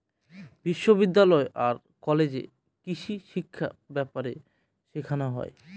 বিশ্ববিদ্যালয় আর কলেজে কৃষিশিক্ষা ব্যাপারে শেখানো হয়